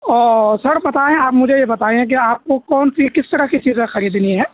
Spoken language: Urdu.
اوہ سر بتائیں آپ مجھے یہ بتائیں کہ آپ كو کون سی کس طرح كى چیزیں خریدنی ہیں